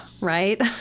right